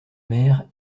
mère